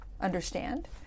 understand